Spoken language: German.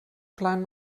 klein